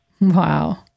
Wow